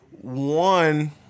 one